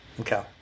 Okay